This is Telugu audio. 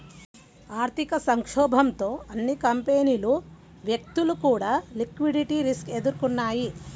ఆర్థిక సంక్షోభంతో అన్ని కంపెనీలు, వ్యక్తులు కూడా లిక్విడిటీ రిస్క్ ఎదుర్కొన్నయ్యి